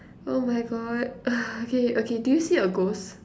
oh my God okay okay do you see a ghost